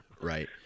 Right